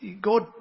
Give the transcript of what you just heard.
God